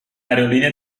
aerolínea